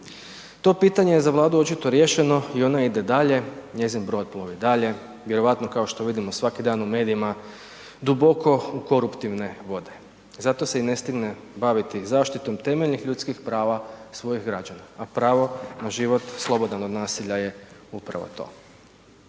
To pitanje je za Vladu očito riješeno i ono ide dalje, njezin brod plovi dalje, vjerojatno kao što vidimo svaki dan u medijima duboko u koruptivne vode zato se i ne stigne baviti zaštitom temeljnih ljudskih prava svojih građana a pravo na život slobodan od nasilja je upravo to.